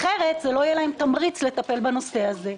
זה אחרת לא יהיה להם תמריץ לטפל בנושא הזה.